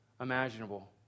imaginable